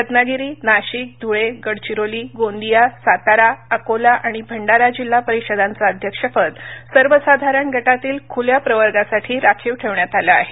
रत्नागिरी नाशिक धूळे गडचिरोली गोंदिया सातारा अकोला आणि भंडारा जिल्हा परिषदांचं अध्यक्षपद सर्वसाधारण गटातील खुल्या प्रवर्गासाठी राखीव ठेवण्यात आलं आहे